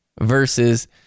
versus